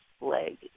leg